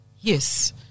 Yes